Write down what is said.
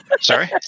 Sorry